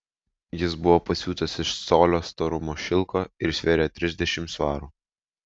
jis buvo pasiūtas iš colio storumo šilko ir svėrė trisdešimt svarų